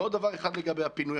ועוד דבר אחד לגבי הפינוי.